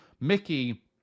Mickey